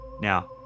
Now